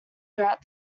through